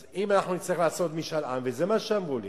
אז אם נצטרך לעשות משאל עם, וזה מה שאמרו לי,